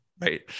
Right